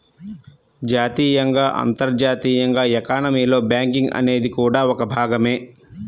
జాతీయంగా, అంతర్జాతీయంగా ఎకానమీలో బ్యాంకింగ్ అనేది కూడా ఒక భాగమే